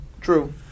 True